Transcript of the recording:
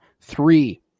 three